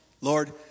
Lord